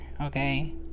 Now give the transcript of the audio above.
okay